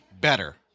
better